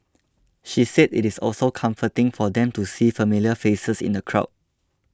she said it is also comforting for them to see familiar faces in the crowd